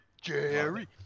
Jerry